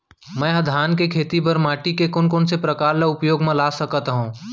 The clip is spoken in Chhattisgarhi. मै ह धान के खेती बर माटी के कोन कोन से प्रकार ला उपयोग मा ला सकत हव?